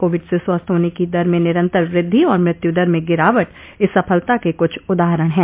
Covid से स्वस्थ होने की दर में निरंतर वृद्धि और मृत्युदर में गिरावट इस सफलता के कुछ उदाहरण हैं